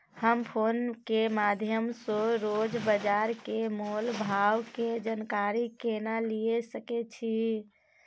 हम फोन के माध्यम सो रोज बाजार के मोल भाव के जानकारी केना लिए सके छी?